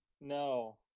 No